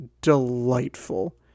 delightful